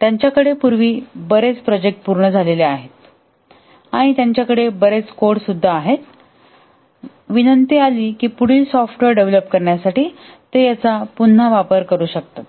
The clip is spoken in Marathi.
त्यांच्याकडे पूर्वी कोड बरेच प्रोजेक्ट पूर्ण झाले आहेत आणि त्यांच्याकडे बरेच कोड आहेत आणि विनंती आली की पुढील सॉफ्टवेअर डेव्हलप करण्यासाठी ते याचा पुन्हा वापर करू शकतात